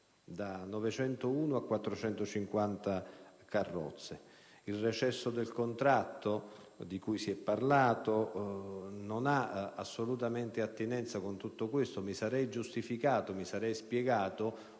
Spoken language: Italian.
da 901 a 450 carrozze. Il recesso dal contratto di cui si è parlato non ha assolutamente attinenza con tutto questo. Avrei giustificato e mi sarei spiegato